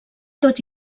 tot